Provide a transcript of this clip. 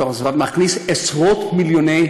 מכניס עשרות מיליוני